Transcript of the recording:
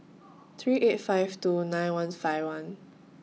three eight five two nine one five one